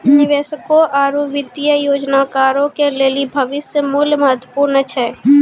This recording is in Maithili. निवेशकों आरु वित्तीय योजनाकारो के लेली भविष्य मुल्य महत्वपूर्ण छै